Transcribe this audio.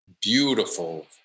beautiful